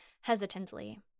hesitantly